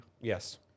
yes